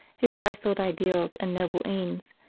his high-souled ideals and noble aims,